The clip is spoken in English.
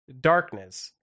darkness